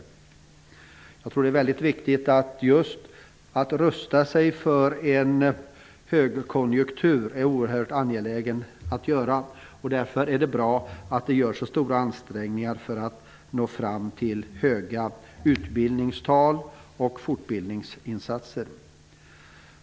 Jag tror att det är väldigt viktigt att rusta sig för en högkonjunktur. Det är oerhört angeläget. Därför är det bra att det görs så stora ansträngningar för att nå fram till höga utbildningstal och för att satsa på fortbildning.